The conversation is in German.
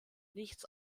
nichts